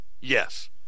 yes